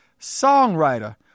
songwriter